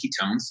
ketones